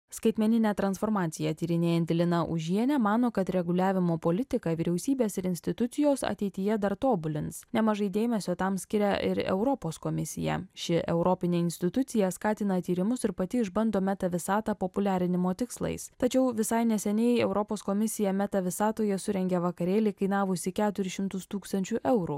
skaitmeninę transformaciją tyrinėjanti lina užienė mano kad reguliavimo politiką vyriausybės ir institucijos ateityje dar tobulins nemažai dėmesio tam skiria ir europos komisija ši europinė institucija skatina tyrimus ir pati išbando meta visatą populiarinimo tikslais tačiau visai neseniai europos komisija meta visatoje surengė vakarėlį kainavusį keturis šimtus tūkstančių eurų